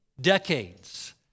decades